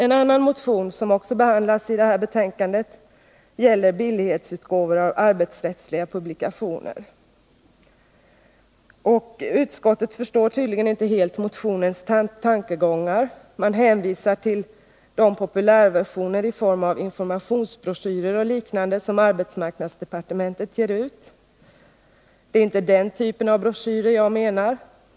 En annan motion som också behandlas i det här betänkandet gäller billighetsutgåvor av arbetsrättsliga publikationer. Utskottet förstår 83 tydligen inte helt motionens tankegångar. Man hänvisar till de populärversioner i form av informationsbroschyrer och liknande som arbetsmarknadsdepartementet ger ut. Det är inte den typen av broschyrer jag menar.